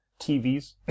TVs